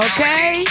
Okay